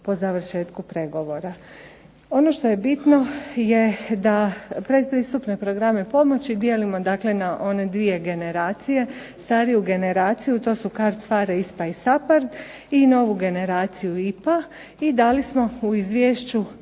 Ono što je bitno je da pretpristupne programe pomoći dijelimo dakle na one dvije generacije: stariju generaciju – to su CARDS, PHARE, ISPA i SAPARD i novu generaciju IPA. I dali smo u Izvješću